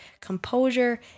Composure